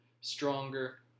stronger